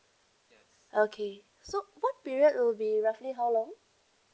okay so what period will be roughly how long